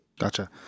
Gotcha